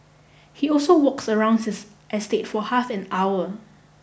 he also walks around his estate for half an hour